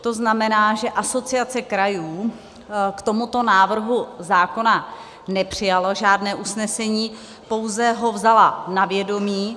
To znamená, že Asociace krajů k tomuto návrhu zákona nepřijala žádné usnesení, pouze ho vzala na vědomí.